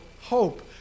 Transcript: hope